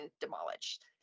demolished